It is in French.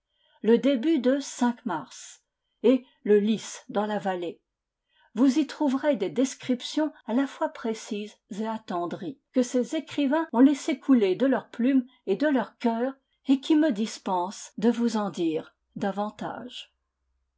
le début de cinq-mars et le lys dans la vallée vous y trouverez des descriptions à la fois précises et attendries que ces écrivains ont laissé couler de leur plume et de leur cœur et qui me dispensent de vous en dire davantage